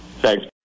thanks